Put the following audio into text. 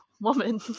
woman